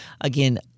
Again